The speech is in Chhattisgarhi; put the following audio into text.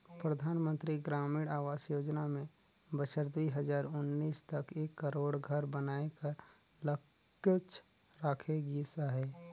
परधानमंतरी ग्रामीण आवास योजना में बछर दुई हजार उन्नीस तक एक करोड़ घर बनाए कर लक्छ राखे गिस अहे